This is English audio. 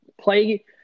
Play